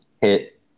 hit